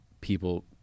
people